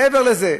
מעבר לזה,